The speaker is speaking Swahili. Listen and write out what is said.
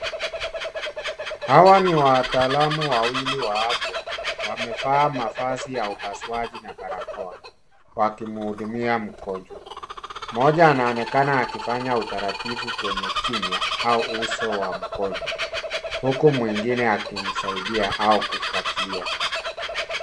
Hawa ni wataalamu wawili wa afya wamevaa mavazi ya upasuaji na barakoa wakimhudumia mgonjwa. Moja anaonekana akifanya utaratibu kwenye kinywa au uso wa mgonjwa huku mwingine akimsaidia au kufuatilia.